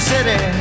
city